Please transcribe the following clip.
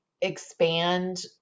expand